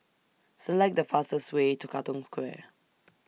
Select The fastest Way to Katong Square